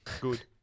Good